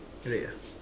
red ah